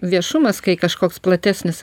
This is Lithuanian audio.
viešumas kai kažkoks platesnis